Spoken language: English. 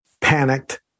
panicked